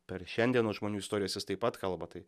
per šiandienos žmonių istorijas jis taip pat kalba tai